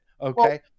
Okay